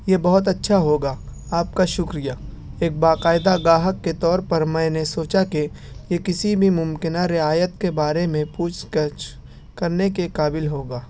یہ بہت اچھا ہوگا آپ کا شکریہ ایک باقاعدہ گاہک کے طور پر میں نے سوچا کہ یہ کسی بھی ممکنہ رعایت کے بارے میں پوچھ گچھ کرنے کے قابل ہوگا